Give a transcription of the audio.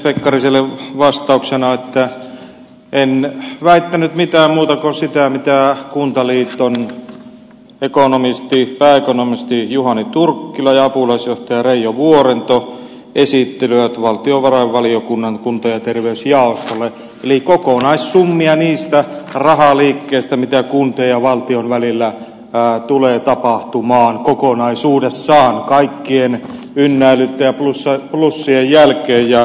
pekkariselle vastauksena että en väittänyt mitään muuta kuin sitä mitä kuntaliiton pääekonomisti juhani turkkila ja apulaisjohtaja reijo vuorento esittelivät valtiovarainvaliokunnan kunta ja terveysjaostolle eli kokonaissummia niistä rahaliikkeistä mitä kuntien ja valtion välillä tulee tapahtumaan kokonaisuudessaan kaikkien ynnäilyiden ja plussien jälkeen